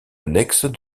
annexe